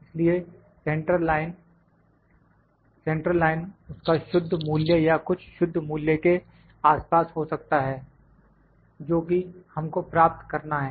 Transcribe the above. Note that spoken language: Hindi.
इसलिए सेंट्रल लाइन उसका शुद्ध मूल्य या कुछ शुद्ध मूल्य के आसपास हो सकता है जो कि हमको प्राप्त करना है